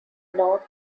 north